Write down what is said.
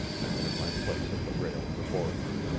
and took my place at the rail in the boardroom.